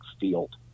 field